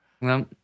No